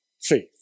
faith